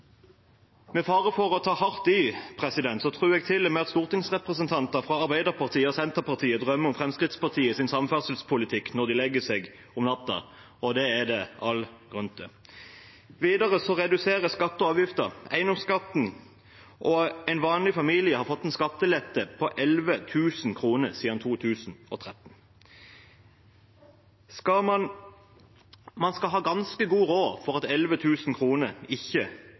Med fare for å ta hardt i tror jeg til og med at stortingsrepresentanter fra Arbeiderpartiet og Senterpartiet drømmer om Fremskrittspartiets samferdselspolitikk når de legger seg om natta, og det er det all grunn til. Videre reduseres skatter og avgifter, bl.a. eiendomsskatten. En vanlig familie har fått en skattelette på 11 000 kr siden 2013. Man skal ha ganske god råd for at 11 000 kr ikke